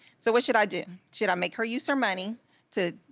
so what should i do? should i make her use her money to,